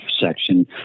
section